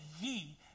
ye